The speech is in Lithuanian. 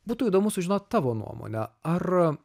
būtų įdomu sužinot tavo nuomonę ar